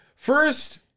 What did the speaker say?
First